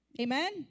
Amen